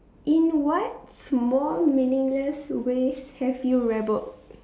in what small meaningless ways have you rebelled